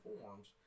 Forms